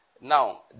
Now